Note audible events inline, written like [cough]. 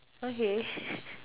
okay [laughs]